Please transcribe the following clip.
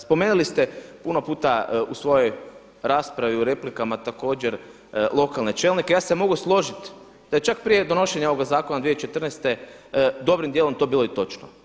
Spomenuli ste puno puta u svojoj raspravi u replikama također lokalne čelnike, ja se mogu složiti da je čak prije donošenja ovog zakona 2014. dobrim dijelom to bilo i točno.